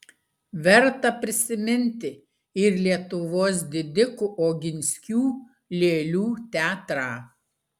verta prisiminti ir lietuvos didikų oginskių lėlių teatrą